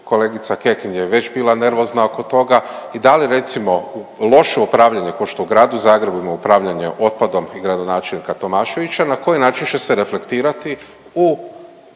kolegica Kekin je već bila nervozna oko toga i da li recimo loše upravljanje košto u Gradu Zagrebu imamo upravljanje otpadom i gradonačelnika Tomaševića, na koji način će se reflektirati u